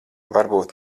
varbūt